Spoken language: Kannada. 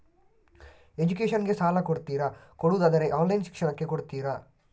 ಎಜುಕೇಶನ್ ಗೆ ಸಾಲ ಕೊಡ್ತೀರಾ, ಕೊಡುವುದಾದರೆ ಆನ್ಲೈನ್ ಶಿಕ್ಷಣಕ್ಕೆ ಕೊಡ್ತೀರಾ?